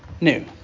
new